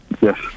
Yes